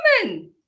common